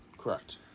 Correct